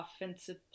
offensive